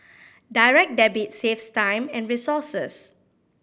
Direct Debit saves time and resources